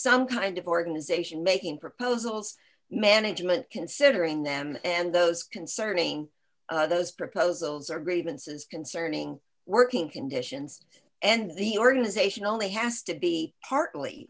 some kind of organization making proposals management considering them and those concerning those proposals are great minces concerning working conditions and the organization only has to be partly